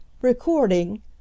Recording